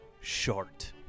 Short